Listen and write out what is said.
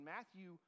Matthew